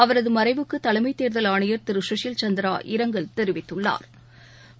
அவரது மறைவுக்கு தலைமை தேர்தல் ஆணையா் திரு சுஷில் சந்திரா இரங்கல் தெரிவித்துள்ளாா்